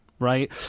Right